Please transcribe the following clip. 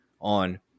on